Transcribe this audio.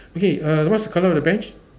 okay uh what's the colour of the bench